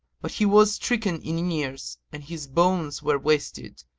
but he was stricken in years and his bones were wasted,